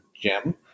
Jim